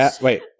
Wait